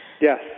Yes